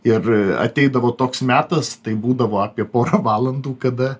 ir ateidavo toks metas tai būdavo apie porą valandų kada